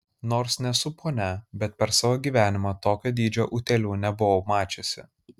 nors nesu ponia bet per savo gyvenimą tokio dydžio utėlių nebuvau mačiusi